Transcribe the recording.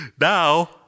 Now